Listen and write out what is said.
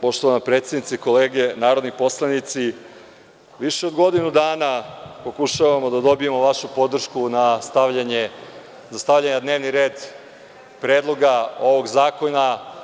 Poštovana predsednice, kolege narodni poslanici, više od godinu dana pokušavamo da dobijemo vašu podršku za stavljanje na dnevni red Predloga ovog zakona.